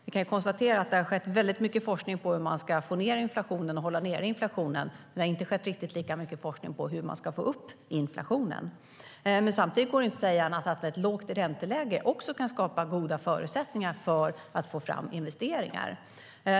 Vi kan konstatera att det finns mycket forskning på hur man ska få ned inflationen och hålla inflationen nere, men det har inte forskats riktigt lika mycket på hur man ska få upp inflationen. Samtidigt går det inte att säga annat än att ett lågt ränteläge också kan skapa goda förutsättningar för att få fram investeringar.